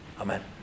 Amen